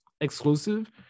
exclusive